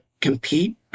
compete